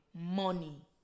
money